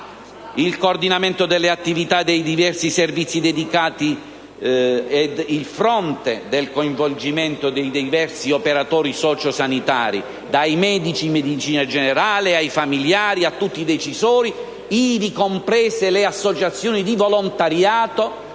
coordinamento delle attività dei diversi servizi dedicati e il fronte dei diversi operatori socio-sanitari, dai medici di medicina generale ai familiari a tutti i decisori, ivi comprese le associazioni di volontariato,